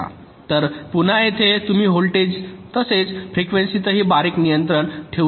तर पुन्हा येथे तुम्ही व्होल्टेज तसेच फ्रिकवेंसीतही बारीक नियंत्रण ठेवू शकता